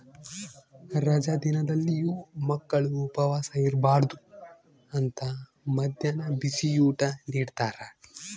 ರಜಾ ದಿನದಲ್ಲಿಯೂ ಮಕ್ಕಳು ಉಪವಾಸ ಇರಬಾರ್ದು ಅಂತ ಮದ್ಯಾಹ್ನ ಬಿಸಿಯೂಟ ನಿಡ್ತಾರ